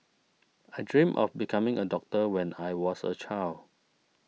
I dreamt of becoming a doctor when I was a child